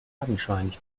fadenscheinig